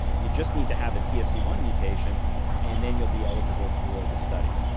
you just need to have a t s e one mutation and then you'll be eligible for the study.